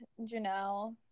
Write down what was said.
Janelle